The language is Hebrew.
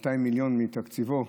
200 מיליון מתקציבו,